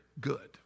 good